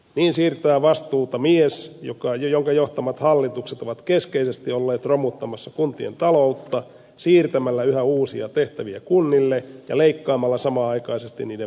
niin siirtää vastuuta mies jonka johtamat hallitukset ovat keskeisesti olleet romuttamassa kuntien taloutta siirtämällä yhä uusia tehtäviä kunnille ja leikkaamalla samanaikaisesti niiden verotuloja ja valtionosuuksia